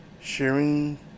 Sharing